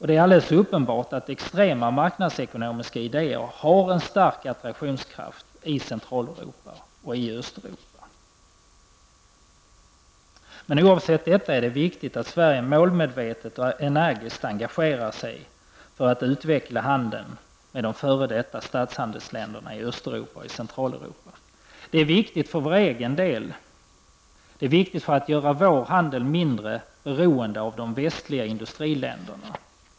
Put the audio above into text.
Det är alldeles uppenbart att extrema marknadsekonomiska idéer har stark attraktionskraft i Central och Östeuropa. Oavsett detta är det viktigt att Sverige målmedvetet och energiskt engagerar sig för att utveckla handeln med f.d. statshandelsländerna i Öst och Centraleuropa. Det är viktigt för vår egen del för att göra vår handel mindre beroende av de västliga industriländerna.